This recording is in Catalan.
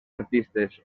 artistes